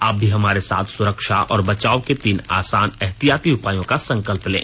आप भी हमारे साथ सुरक्षा और बचाव के तीन आसान एहतियाती उपायों का संकल्प लें